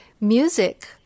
music